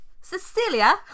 Cecilia